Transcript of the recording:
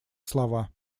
слова